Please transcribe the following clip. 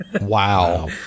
Wow